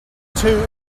two